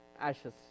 ashes